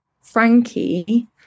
Frankie